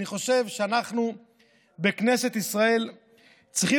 אני חושב שאנחנו בכנסת ישראל צריכים